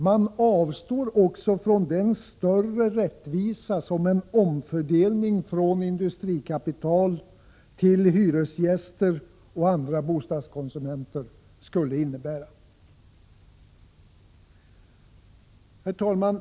Man avstår också från den större rättvisa som en omfördelning från industrikapital till hyresgäster och andra bostadskonsumenter skulle innebära. Herr talman!